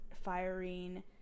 firing